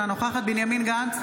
אינה נוכחת בנימין גנץ,